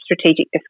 strategic